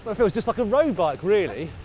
but feels just like a road bike, really.